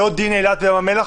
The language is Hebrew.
לא דין אילת וים המלח